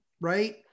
right